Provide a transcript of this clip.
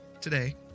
today